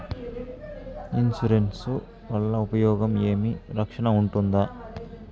Insurance వల్ల ఉపయోగం ఏమి? రక్షణ ఉంటుందా?